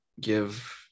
give